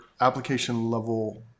application-level